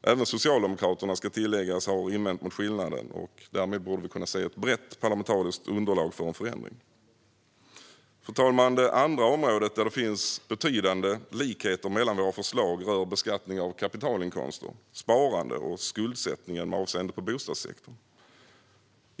Det ska tilläggas att även Socialdemokraterna har invänt mot skillnaden. Därmed borde vi kunna se ett brett parlamentariskt underlag för en förändring. Fru talman! Det andra området där det finns betydande likheter mellan våra förslag rör beskattning av kapitalinkomster, sparande och skuldsättning med avseende på bostadssektorn.